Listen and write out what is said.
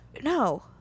no